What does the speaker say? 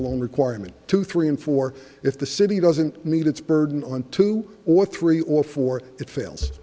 alone requirement two three and four if the city doesn't meet its burden on two or three or four it f